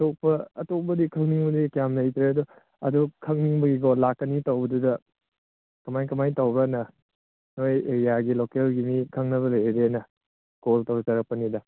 ꯑꯇꯣꯞꯄ ꯑꯇꯣꯞꯄꯗꯤ ꯈꯪꯅꯤꯡꯕꯗꯤ ꯌꯥꯝ ꯂꯩꯇ꯭ꯔꯦ ꯑꯗꯨ ꯈꯪꯅꯤꯡꯕꯒꯤꯀꯣ ꯂꯥꯛꯀꯅꯤ ꯇꯧꯕꯗꯨꯗ ꯀꯃꯥꯏ ꯀꯃꯥꯏ ꯇꯧꯕ꯭ꯔꯅ ꯅꯈꯣꯏ ꯑꯦꯔꯤꯌꯥꯒꯤ ꯂꯣꯀꯦꯜꯒꯤ ꯃꯤ ꯈꯪꯅꯕ ꯂꯩꯔꯗꯤꯑꯅ ꯀꯣꯜ ꯇꯧꯖꯔꯛꯄꯅꯤꯗ